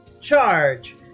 Charge